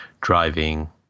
driving